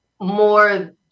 more